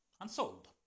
unsold